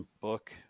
book